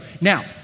Now